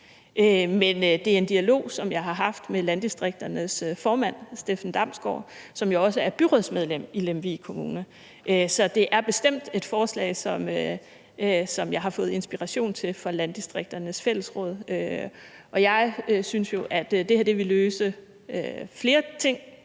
Men det er en dialog, som jeg har haft med Landdistrikternes Fællesråds formand, Steffen Damsgaard, som jo også er byrådsmedlem i Lemvig Kommune. Så det er bestemt et forslag, som jeg har fået inspiration til fra Landdistrikternes Fællesråd. Og jeg synes jo, at det her vil løse flere ting;